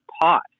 pot